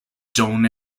john